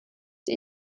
die